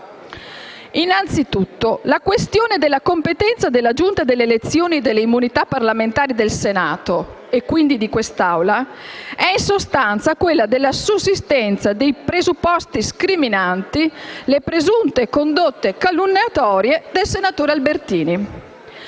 Innanzitutto, la questione della competenza della Giunta delle elezioni e delle immunità parlamentari del Senato e quindi dell'Assemblea è, in sostanza, quella della sussistenza dei presupposti scriminanti le presunte condotte calunnatorie del senatore Albertini.